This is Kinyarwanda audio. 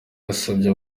yasabye